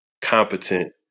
competent